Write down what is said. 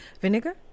Vinegar